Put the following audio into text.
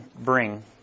bring